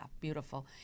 beautiful